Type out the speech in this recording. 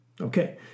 Okay